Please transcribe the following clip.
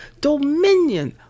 Dominion